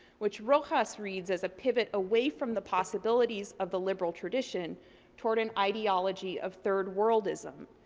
which rojas reads as a pivot away from the possibilities of the liberal tradition toward an ideology of third-worldism,